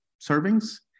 servings